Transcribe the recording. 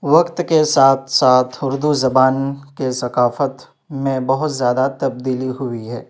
وقت کے ساتھ ساتھ اردو زبان کے ثقافت میں بہت زیادہ تبدیلی ہوئی ہے